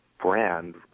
brand